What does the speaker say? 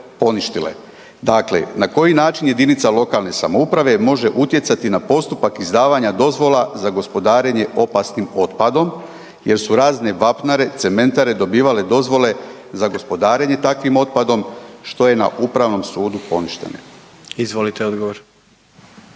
Dakle, na koji način jedinica lokalne samouprave može utjecati na postupak izdavanja dozvola za gospodarenje opasnim otpadom jer su razne vapnare i cementare dobivale dozvole za gospodarenje takvim otpadom što je na Upravnom sudu poništeno. **Jandroković,